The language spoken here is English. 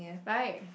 right